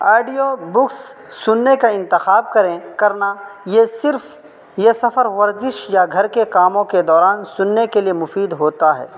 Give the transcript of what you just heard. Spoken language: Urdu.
آڈیو بکس سننے کا انتخاب کریں کرنا یہ صرف یہ سفر ورزش یا گھر کے کاموں کے دوران سننے کے لیے مفید ہوتا ہے